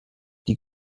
die